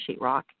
sheetrock